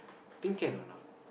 think can or not